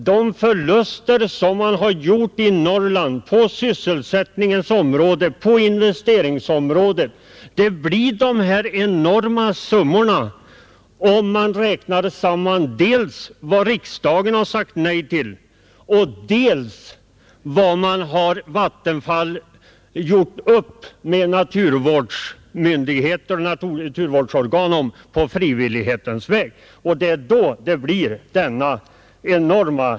De förluster man gjort i Norrland på sysselsättningsoch investeringsområdena blir så enorma som jag sade, om man räknar samman dels vad riksdagen sagt nej till, dels vad Vattenfall har gjort upp med naturvårdsorganen om på frivillighetens väg.